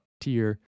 tier